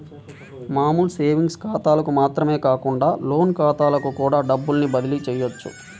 మామూలు సేవింగ్స్ ఖాతాలకు మాత్రమే కాకుండా లోన్ ఖాతాలకు కూడా డబ్బుని బదిలీ చెయ్యొచ్చు